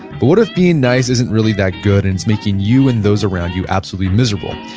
but what if being nice isn't really that good and it's making you and those around you absolutely miserable?